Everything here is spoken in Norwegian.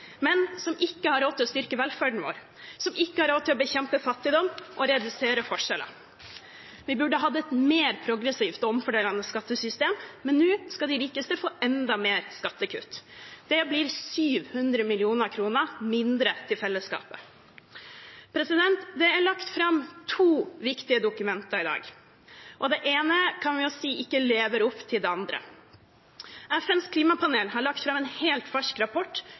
men som ikke har råd til å styrke velferden vår, som ikke har råd til å bekjempe fattigdom og redusere forskjeller. Vi burde hatt et mer progressivt og omfordelende skattesystem, men nå skal de rikeste få enda mer i skattekutt. Det blir 700 mill. kr mindre til fellesskapet. Det er lagt fram to viktige dokumenter i dag, og det ene kan vi si lever ikke opp til det andre. FNs klimapanel har lagt fram en helt fersk rapport